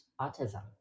Autism